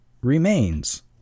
remains